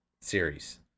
series